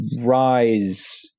rise